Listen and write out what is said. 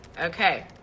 Okay